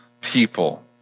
people